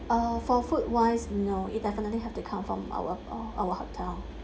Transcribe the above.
uh for food wise no it definitely have to come from our uh our hotel